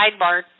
sidebar